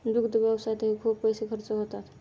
दुग्ध व्यवसायातही खूप पैसे खर्च होतात